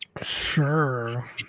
Sure